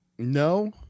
No